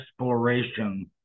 exploration